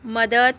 मदत